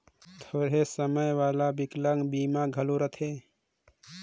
थोरहें समे वाला बिकलांग बीमा घलो रथें